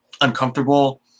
uncomfortable